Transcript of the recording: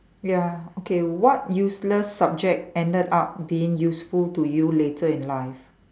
ya okay what useless subject ended up being useful to you later in life